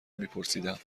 میپرسیدم